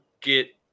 get